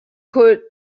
could